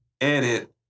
edit